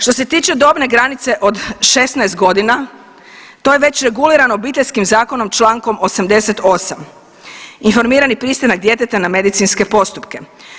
Što se tiče dobne granice od 16 godina, to je već regulirano Obiteljskim zakonom Člankom 88., informirani pristanak djeteta na medicinske postupke.